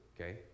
Okay